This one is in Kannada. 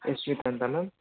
ಯಶ್ವಿತಾ ಅಂತ ಮ್ಯಾಮ್